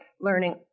learning